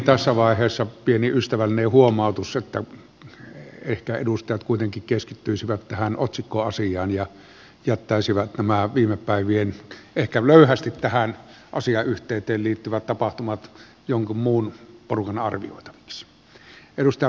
tässä vaiheessa pieni ystävällinen huomautus että ehkä edustajat kuitenkin keskittyisivät tähän otsikkoasiaan ja jättäisivät nämä viime päivien ehkä löyhästi tähän asiayhteyteen liittyvät tapahtumat jonkun muun porukan arvioitaviksi